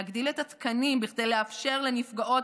להגדיל את התקנים כדי לאפשר לנפגעות